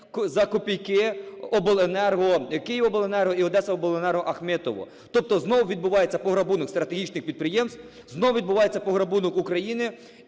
за копійки "Київобленерго" і "Одесаобленерго" Ахметову. Тобто знову відбувається пограбунок стратегічних підприємств, знову відбувається пограбунок України,